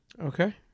Okay